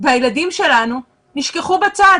והילדים שלנו נשכחו בצד.